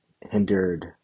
hindered